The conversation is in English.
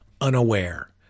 unaware